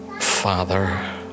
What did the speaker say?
Father